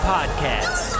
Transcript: Podcast